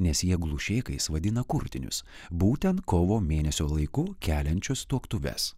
nes jie glušėkais vadina kurtinius būtent kovo mėnesio laiku keliančios tuoktuves